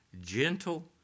gentle